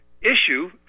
issue